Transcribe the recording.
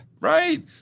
Right